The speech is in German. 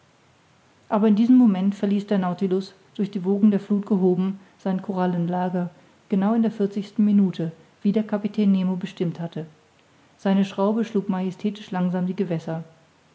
aber in diesem moment verließ der nautilus durch die wogen der fluth gehoben sein korallenlager genau in der vierzigsten minute wie der kapitän nemo bestimmt hatte seine schraube schlug majestätisch langsam die gewässer